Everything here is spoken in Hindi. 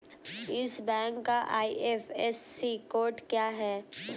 इस बैंक का आई.एफ.एस.सी कोड क्या है?